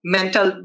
Mental